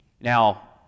Now